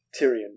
Tyrion